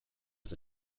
was